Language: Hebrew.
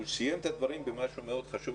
הוא סיים את הדברים במשהו מאוד חשוב,